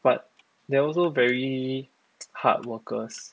but they are also very hard workers